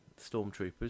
stormtroopers